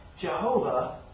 Jehovah